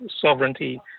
sovereignty